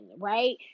right